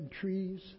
trees